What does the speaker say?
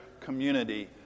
community